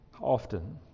Often